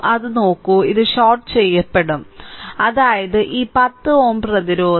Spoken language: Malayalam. അത് നോക്കൂ ഇത് ഷോർട്ട് ചെയ്യപ്പെടും അതായത് ഈ 10Ω പ്രതിരോധം